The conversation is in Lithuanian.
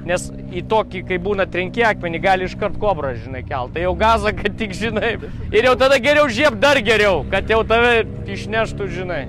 nes į tokį kai būna trenki akmenį gali iškart kobrą žinai kelt tai jau galą kad tik žinai ir jau tada geriau žiūrėk dar geriau kad tave išneštų žinai